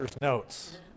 notes